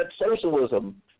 socialism